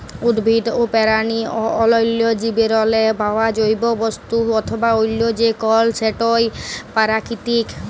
উদ্ভিদ, পেরানি অ অল্যাল্য জীবেরলে পাউয়া জৈব বস্তু অথবা অল্য যে কল সেটই পেরাকিতিক